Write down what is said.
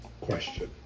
question